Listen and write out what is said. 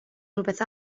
rhywbeth